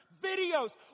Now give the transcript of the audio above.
videos